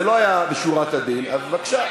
זה לא היה שורת הדין, אז בבקשה.